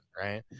right